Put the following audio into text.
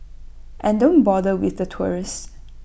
and don't bother with the tourists